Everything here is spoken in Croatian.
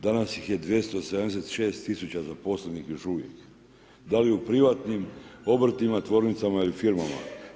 Danas ih je 276000 zaposlenih još uvijek, da li u privatnim obrtima, tvornicama ili firmama.